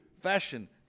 fashion